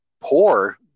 poor